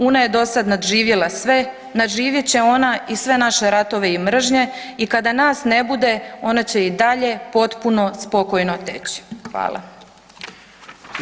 Una je dosad nadživjela sve, nadživjet će ona i sve naše ratove i mržnje i kada nas ne bude, ona će i dalje potpuno spokojno teći.“ Hvala.